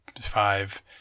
five